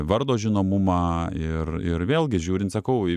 vardo žinomumą ir ir vėlgi žiūrint sakau